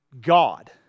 God